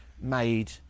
made